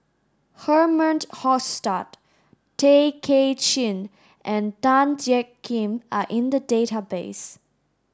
Herman Hochstadt Tay Kay Chin and Tan Jiak Kim are in the database